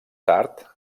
tard